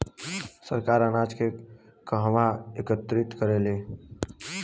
सरकार अनाज के कहवा एकत्रित करेला?